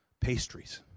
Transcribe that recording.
Pastries